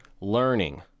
Learning